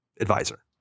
advisor